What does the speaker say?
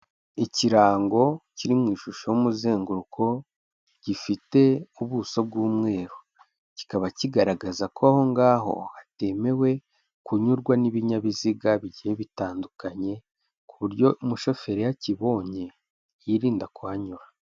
Ikirango kiri mu ishusho y'umuzenguruko gifite ubuso bw'umweru, kikaba kigaragaza ko aho ngaho hatemewe kunyurwa n'ibinyabiziga bigiye bitandukanye, ku buryo umushoferi iyo akibonye yirinda kuhanyura.